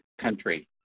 country